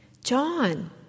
John